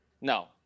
No